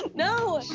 no.